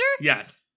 Yes